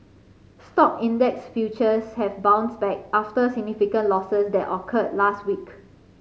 stock index futures have bounced back after significant losses that occurred last week